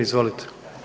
Izvolite.